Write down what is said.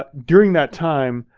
but during that time,